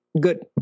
good